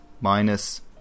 minus